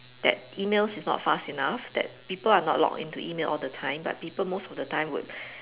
that emails is not fast enough that people are not logged to email all the time but people most of the time would